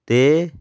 'ਤੇ